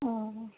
ও